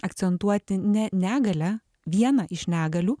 akcentuoti ne negalią vieną iš negalių